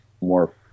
more